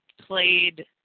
played